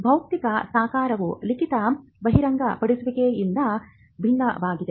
ಭೌತಿಕ ಸಾಕಾರವು ಲಿಖಿತ ಬಹಿರಂಗಪಡಿಸುವಿಕೆಯಿಂದ ಭಿನ್ನವಾಗಿದೆ